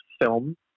film